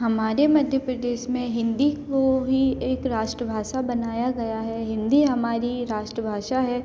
हमारे मध्य प्रदेश में हिन्दी को ही एक राष्ट्रभाषा बनाया गया है हिन्दी हमारी राष्ट्रभाषा है